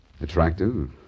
Attractive